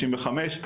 55,